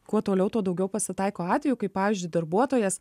kuo toliau tuo daugiau pasitaiko atvejų kai pavyzdžiui darbuotojas